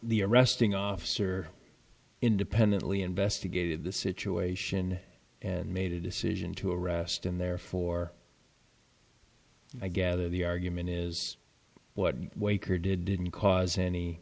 e arresting officer independently investigated the situation and made a decision to arrest him therefore i gather the argument is what waker did didn't cause any